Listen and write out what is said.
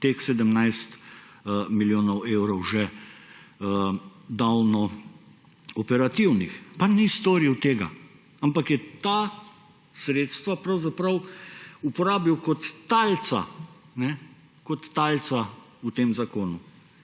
teh 17 milijonov evrov že davno operativnih. Pa ni storil tega, ampak je ta sredstva pravzaprav uporabil kot talca v tem zakonu.